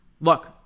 Look